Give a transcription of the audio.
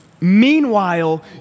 Meanwhile